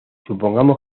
supongamos